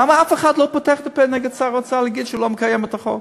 למה אף אחד לא פותח את הפה נגד שר האוצר להגיד שהוא לא מקיים את החוק?